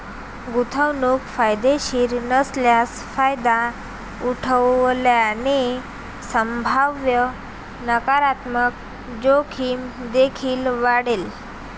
गुंतवणूक फायदेशीर नसल्यास फायदा उठवल्याने संभाव्य नकारात्मक जोखीम देखील वाढेल